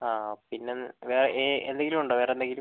ആ പിന്നെ വേ ഏ എന്തെങ്കിലും ഉണ്ടോ വേറെ എന്തെങ്കിലും